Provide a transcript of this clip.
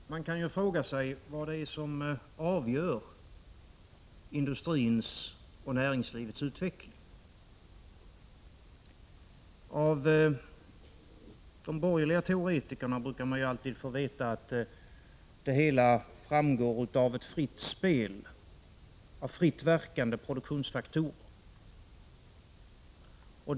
Herr talman! Man kan fråga sig vad det är som avgör industrins och näringslivets utveckling. Av de borgerliga teoretikerna brukar man få veta att den är beroende av ett fritt spel, av fritt verkande produktionsfaktorer.